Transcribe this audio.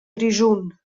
grischun